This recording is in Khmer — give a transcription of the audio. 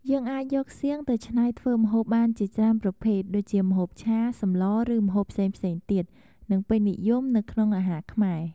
យើងអាចយកសៀងទៅច្នៃធ្វើម្ហូបបានជាច្រើនប្រភេទ ដូចជា ម្ហូបឆា សម្ល ឬម្ហូបផ្សេងៗទៀត និងពេញនិយមនៅក្នុងអាហារខ្មែរ។